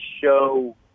show